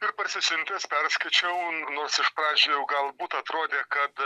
ir parsisiuntęs perskaičiau nors iš pradžių galbūt atrodė kad